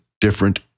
different